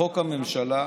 לחוק הממשלה,